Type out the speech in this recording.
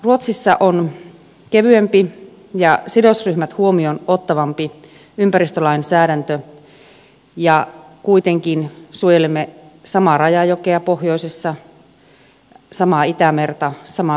ruotsissa on kevyempi ja sidosryhmät huomioon ottavampi ympäristölainsäädäntö ja kuitenkin suojelemme samaa rajajokea pohjoisessa samaa itämerta samaa perämerta